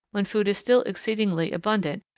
when food is still exceedingly abundant,